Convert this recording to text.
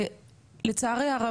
לצערי הרב,